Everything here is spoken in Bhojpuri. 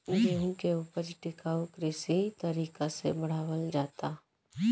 गेंहू के ऊपज टिकाऊ कृषि तरीका से बढ़ावल जाता